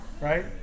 right